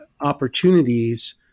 opportunities